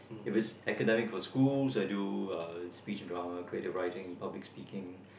if it's academic for schools I do uh speech dramas creative writing public writing